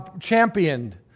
championed